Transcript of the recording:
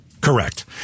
Correct